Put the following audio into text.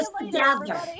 together